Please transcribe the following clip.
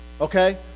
okay